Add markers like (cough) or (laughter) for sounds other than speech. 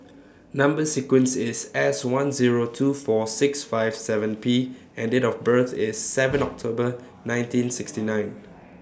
Number sequence IS S one Zero two four six five seven P and Date of birth IS seven (noise) October nineteen sixty nine